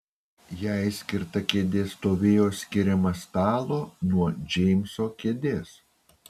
jai skirta kėdė stovėjo skiriama stalo nuo džeimso kėdės